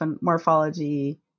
morphology